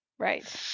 Right